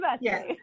Yes